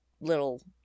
little